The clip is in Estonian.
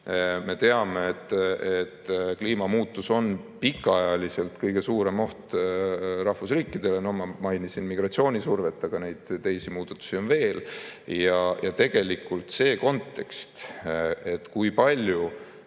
Me teame, et kliimamuutus on pikaajaliselt kõige suurem oht rahvusriikidele. Ma mainisin migratsioonisurvet, aga neid teisi muudatusi on veel. Tegelikult see, kui palju